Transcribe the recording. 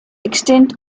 extent